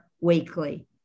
weekly